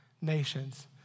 nations